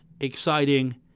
exciting